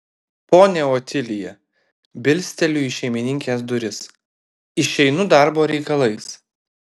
ponia otilija bilsteliu į šeimininkės duris išeinu darbo reikalais